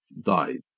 died